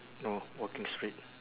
no walking straight